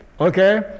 Okay